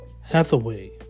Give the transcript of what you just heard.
Hathaway